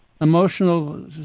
emotional